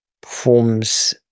performs